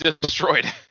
destroyed